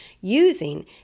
using